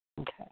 Okay